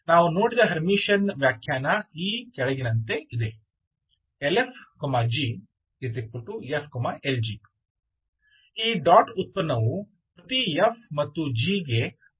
ನಾವು ನೋಡಿದ ಹರ್ಮಿಟಿಯನ್ ವ್ಯಾಖ್ಯಾನ ಈ ಕೆಳಗಿನಂತೆ ಇದೆ ⟨Lf g⟩⟨f Lg⟩ ಈ ಡಾಟ್ ಉತ್ಪನ್ನವು ಪ್ರತಿ f ಮತ್ತು g ಗೆ ಒಂದೇ ಆಗಿರಬೇಕು